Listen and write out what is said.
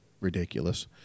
ridiculous